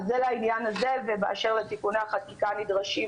זה באשר לתיקוני החקיקה הנדרשים,